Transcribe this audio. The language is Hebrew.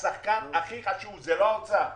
השחקן הכי חשוב זה לא האוצר,